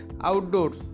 outdoors